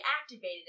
activated